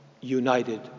united